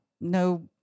no